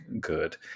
good